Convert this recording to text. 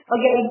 Okay